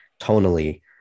tonally